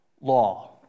law